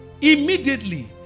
Immediately